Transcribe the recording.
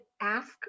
Ask